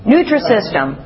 Nutrisystem